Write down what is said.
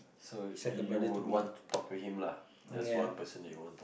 so you would want to talk to him lah that's one person you want talk